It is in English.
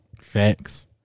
Facts